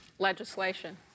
legislation